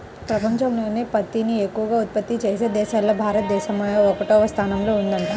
పెపంచంలోనే పత్తిని ఎక్కవగా ఉత్పత్తి చేసే దేశాల్లో భారతదేశమే ఒకటవ స్థానంలో ఉందంట